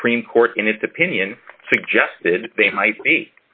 supreme court in its opinion suggested they might be